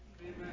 amen